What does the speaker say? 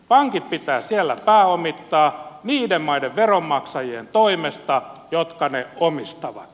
pankit pitää siellä pääomittaa niiden maiden veronmaksajien toimesta jotka ne omistavat